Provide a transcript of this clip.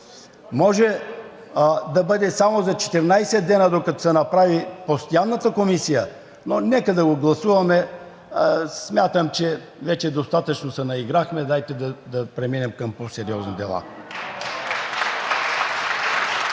Може да бъде само за 14 дни, докато се направи постоянната Комисия, но нека да го гласуваме. Смятам, че вече достатъчно се наиграхме. Дайте да преминем към по-сериозни дела.